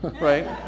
right